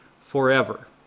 forever